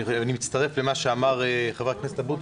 אני מצטרף למה שאמר ח"כ אבוטבול.